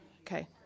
Okay